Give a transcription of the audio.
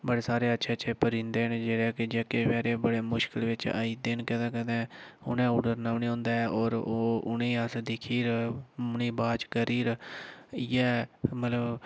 बड़े सारे अच्छे अच्छे परिंदे न जेह्ड़े कि जेह्के बचैरे बड़े मुश्कल बिच्च आई जंदे न कदें कदें उ'नें उड़ना नी होंदा ऐ होर ओह् उ'नेंगी अस दिक्खियै उ'नेंगी वाच करियै इ'यै मतलब